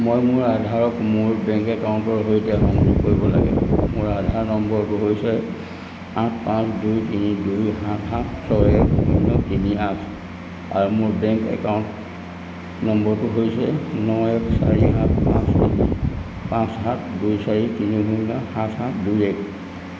মই মোৰ আধাৰক মোৰ বেংক একাউণ্টৰ সৈতে সংযোগ কৰিব লাগে মোৰ আধাৰ নম্বৰটো হৈছে আঠ পাঁচ দুই তিনি দুই সাত সাত ছয় শূন্য তিনি আঠ আৰু মোৰ বেংক একাউণ্ট নম্বৰটো হৈছে ন এক চাৰি সাত পাঁচ তিনি পাঁচ সাত দুই চাৰি তিনি শূন্য সাত সাত দুই এক